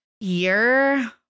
year